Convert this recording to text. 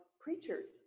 preachers